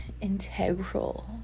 integral